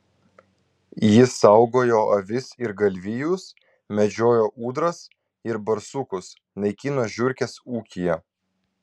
jis saugojo avis ir galvijus medžiojo ūdras ir barsukus naikino žiurkes ūkyje